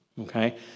okay